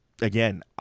again